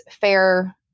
fair